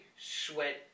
sweat